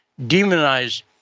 demonize